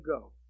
go